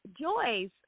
Joyce